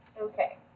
Okay